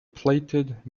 plated